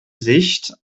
sicht